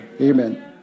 Amen